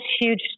huge